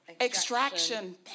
Extraction